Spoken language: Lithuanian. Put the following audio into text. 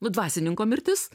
nu dvasininko mirtis